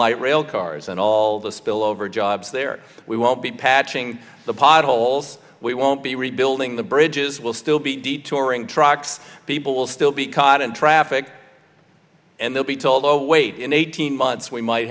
light rail cars and all the spillover jobs there we won't be patching the potholes we won't be rebuilding the bridges we'll still be detouring trucks people will still be caught in traffic and they'll be told oh wait in eighteen months we might